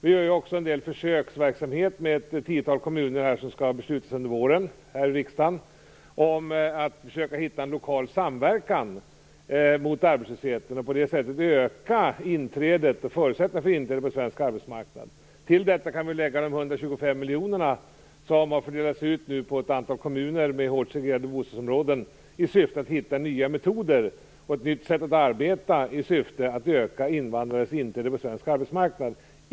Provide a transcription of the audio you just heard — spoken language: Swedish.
Vi har också försöksverksamhet i ett tiotal kommuner. Riksdagen skall under våren besluta om detta och försöka hitta en lokal samverkan mot arbetslösheten och på det sättet öka förutsättningarna för inträde på svensk arbetsmarknad. Till detta kan vi lägga de 125 miljoner kronor som har delats på ett antal kommuner med hårt segregerade bostadsområden i syfte att hitta nya metoder och ett nytt sätt att arbeta i syfte att öka invandrarnas inträde på svensk arbetsmarknad.